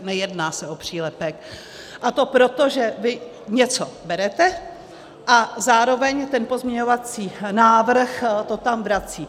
Nejedná se o přílepek, a to proto, že vy něco berete a zároveň ten pozměňovací návrh to tam vrací.